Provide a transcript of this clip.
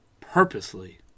purposely